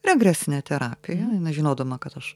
regresinę terapiją jinai žinodama kad aš